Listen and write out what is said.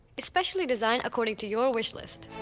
is specially designed according to your wish list?